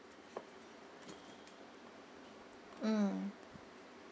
mm